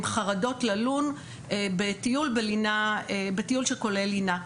חרדות ללון בטיול בלינה בטיול שכולל לינה,